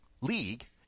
league